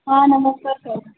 हा नमस्कार सर